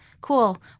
cool